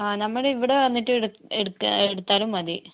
ആ നമ്മുടെ ഇവിടെ വന്നിട്ട് എട് എടുക്ക് എടുത്താലും മതി